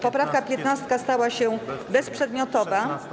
Poprawka 15. stała się bezprzedmiotowa.